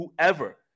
whoever